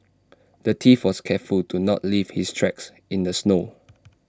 the thief was careful to not leave his tracks in the snow